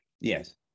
Yes